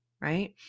right